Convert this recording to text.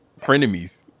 frenemies